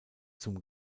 zum